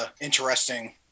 interesting